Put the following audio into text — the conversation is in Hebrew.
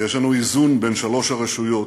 ויש לנו איזון בין שלוש הרשויות,